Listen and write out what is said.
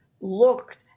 looked